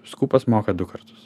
skūpas moka du kartus